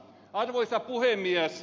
arvoisa puhemies